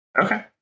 Okay